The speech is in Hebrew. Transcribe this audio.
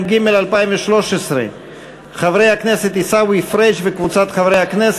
חברי הכנסת, 44 בעד,